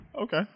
Okay